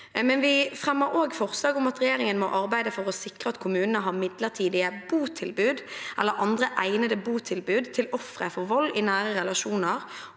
Vi fremmer også forslag om at regjeringen må arbeide for å sikre at kommunene har midlertidige botilbud eller andre egnende